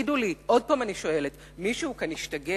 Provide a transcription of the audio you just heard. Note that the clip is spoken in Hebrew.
תגידו לי, עוד פעם אני שואלת: מישהו כאן השתגע?